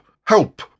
help